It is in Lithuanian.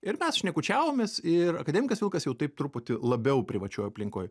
ir mes šnekučiavomės ir akademikas vilkas jau taip truputį labiau privačioj aplinkoj